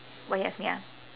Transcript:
what he ask me ah